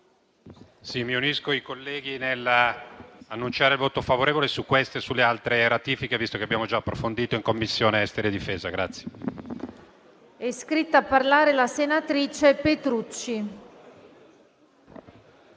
mi unisco ai colleghi nell'annunciare il voto favorevole su questa e sulle altre ratifiche, visto che abbiamo già approfondito i temi in Commissione affari esteri